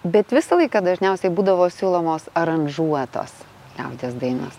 bet visą laiką dažniausiai būdavo siūlomos aranžuotos liaudies dainos